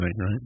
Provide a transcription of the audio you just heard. right